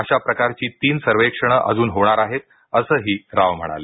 अशा प्रकारची तीन सर्वेक्षण अजून होणार आहेत असंही राव म्हणाले